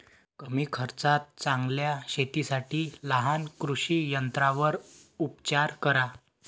कमी खर्चात चांगल्या शेतीसाठी लहान कृषी यंत्रांवर उपचार करा